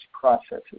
processes